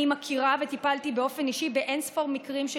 אני מכירה וטיפלתי באופן אישי באין-ספור מקרים של